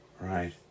Right